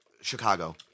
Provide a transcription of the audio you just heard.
Chicago